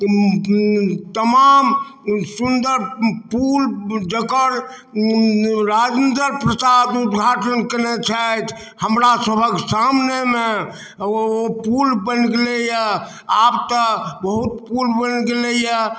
तमाम सुन्दर पुल जकर राजेन्द्र प्रसाद उद्घाटन केने छथि हमरासबके सामनेमे ओ पुल बनि गेलै हँ आब तऽ बहुत पुल बनि गेलै